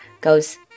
goes